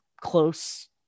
close